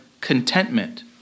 contentment